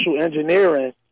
engineering